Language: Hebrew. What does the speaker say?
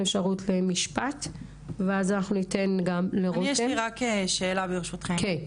יש לי רק שאלה ברשותכם,